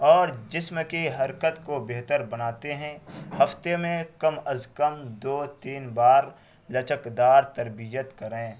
اور جسم کی حرکت کو بہتر بناتے ہیں ہفتے میں کم از کم دو تین بار لچک دار تربیت کریں